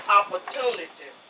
opportunity